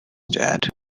that